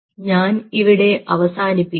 ഞാൻ ഇവിടെ അവസാനിപ്പിക്കാം